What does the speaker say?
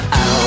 out